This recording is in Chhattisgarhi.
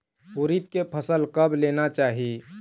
उरीद के फसल कब लेना चाही?